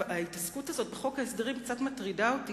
ההתעסקות בחוק ההסדרים קצת מטרידה אותי,